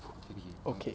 okay